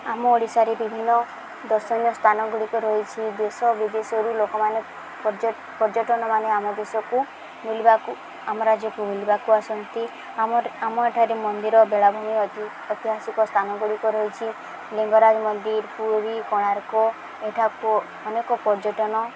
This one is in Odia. ଆମ ଓଡ଼ିଶାରେ ବିଭିନ୍ନ ଦର୍ଶନୀୟ ସ୍ଥାନ ଗୁଡ଼ିକ ରହିଛି ଦେଶ ବିଦେଶରୁ ଲୋକମାନେ ପର୍ଯ୍ୟଟନ ମାନ ଆମ ଦେଶକୁ ବଲିବାକୁ ଆମ ରାଜ୍ୟକୁ ବୁଲିବାକୁ ଆସନ୍ତି ଆମର ଆମ ଏଠାରେ ମନ୍ଦିର ବେଳାଭୂମି ଐତିହାସିକ ସ୍ଥାନ ଗୁଡ଼ିକ ରହିଛି ଲିଙ୍ଗରାଜ ମନ୍ଦିର ପୁରୀ କୋଣାର୍କ ଏଠାକୁ ଅନେକ ପର୍ଯ୍ୟଟନ